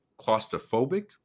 claustrophobic